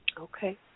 Okay